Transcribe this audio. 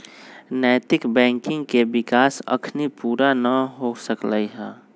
नैतिक बैंकिंग के विकास अखनी पुरा न हो सकलइ ह